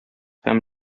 һәм